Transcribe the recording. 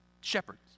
shepherds